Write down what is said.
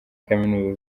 kaminuza